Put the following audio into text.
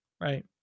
right